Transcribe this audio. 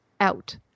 out